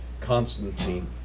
Constantine